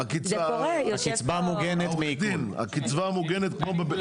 אה, באמת